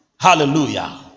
hallelujah